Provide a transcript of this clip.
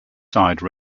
side